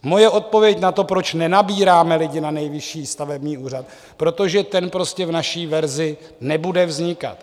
Moje odpověď na to, proč nenabírám lidi na Nejvyšší stavební úřad, je: protože ten prostě v naší verzi nebude vznikat.